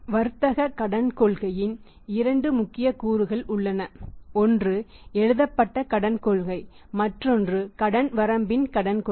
பல்லாண்டுயின் இரண்டு முக்கிய கூறுகள் உள்ளன ஒன்று எழுதப்பட்ட கடன் கொள்கை மற்றொன்று கடன் வரம்பின் கடன் கொள்கை